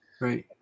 Right